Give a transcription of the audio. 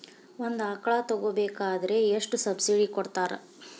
ಒಂದು ಆಕಳ ತಗೋಬೇಕಾದ್ರೆ ಎಷ್ಟು ಸಬ್ಸಿಡಿ ಕೊಡ್ತಾರ್?